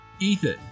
Ethan